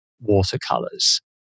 watercolors